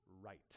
right